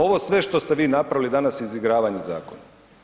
Ovo sve što ste vi napravili danas je izigravanje zakona.